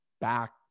back